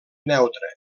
neutre